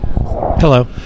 Hello